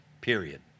period